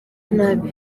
nabi